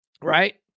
right